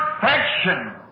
perfection